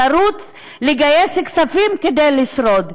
לרוץ לגייס כספים כדי לשרוד.